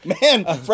Man